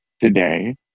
today